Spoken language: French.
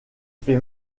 fait